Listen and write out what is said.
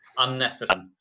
unnecessary